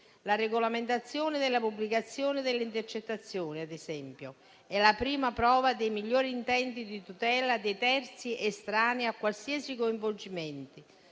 La regolamentazione della pubblicazione delle intercettazioni, ad esempio, è la prima prova dei migliori intenti di tutela dei terzi estranei a qualsiasi coinvolgimento,